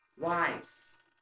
Wives